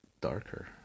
darker